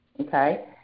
okay